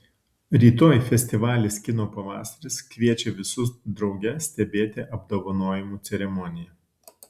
rytoj festivalis kino pavasaris kviečia visus drauge stebėti apdovanojimų ceremoniją